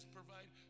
provide